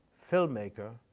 filmmaker.